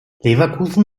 leverkusen